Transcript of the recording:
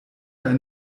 ein